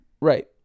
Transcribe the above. Right